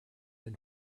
than